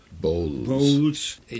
bowls